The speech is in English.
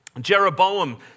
Jeroboam